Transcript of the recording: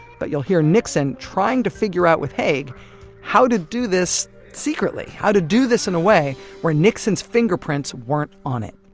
but you'll hear nixon trying to figure out with haig how to do this secretly, how to do this in a way where nixon's fingerprints weren't on it.